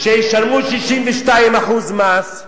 שישלמו 62% מס,